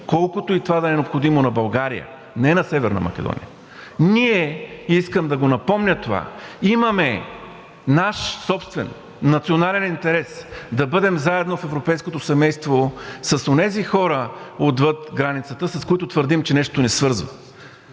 колкото и това да е необходимо на България. Не на Северна Македония. Ние, и искам да го напомня това, имаме наш собствен, национален интерес да бъдем заедно в европейското семейство с онези хора отвъд границата, с които твърдим, че нещо ни свързва.